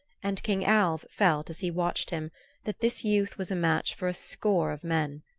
and king alv felt as he watched him that this youth was a match for a score of men,